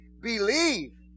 Believe